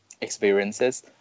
experiences